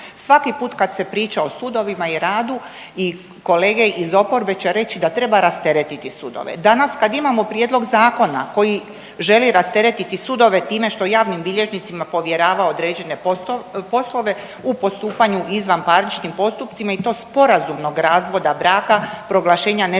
Svaki put kad se priča o sudovima i radu i kolege iz oporbe će reći da treba rasteretiti sudove. Danas kad imamo prijedlog zakona koji želi rasteretiti sudove time što javnim bilježnicima povjerava određene poslove u postupanju u izvanparničnim postupcima i to sporazumnog razvoda braka, proglašenje nestale